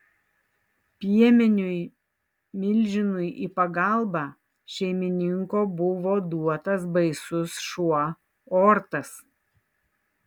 piemeniui milžinui į pagalbą šeimininko buvo duotas baisus šuo ortas